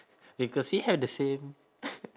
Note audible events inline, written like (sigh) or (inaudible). because we have the same (laughs)